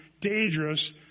dangerous